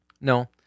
No